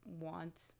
want